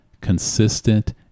consistent